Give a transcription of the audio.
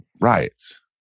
riots